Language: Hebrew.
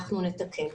אנחנו נתקן.